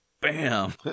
bam